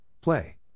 play